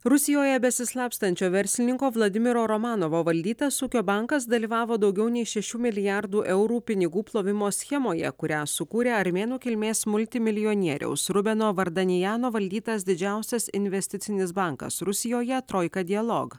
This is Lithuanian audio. rusijoje besislapstančio verslininko vladimiro romanovo valdytas ūkio bankas dalyvavo daugiau nei šešių milijardų eurų pinigų plovimo schemoje kurią sukūrė armėnų kilmės multimilijonieriaus rubeno vardanjano valdytas didžiausias investicinis bankas rusijoje troika dialog